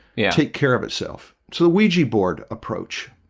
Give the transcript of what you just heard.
yeah, take care of itself so the ouija board approach,